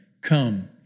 come